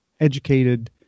educated